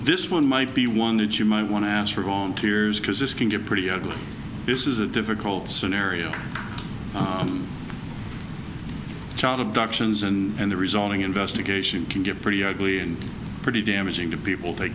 this one might be one that you might want to ask for volunteers because this can get pretty ugly this is a difficult scenario child abductions and the resulting investigation can get pretty ugly and pretty damaging to people they